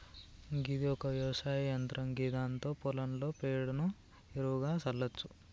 గిది ఒక వ్యవసాయ యంత్రం గిదాంతో పొలంలో పేడను ఎరువుగా సల్లచ్చు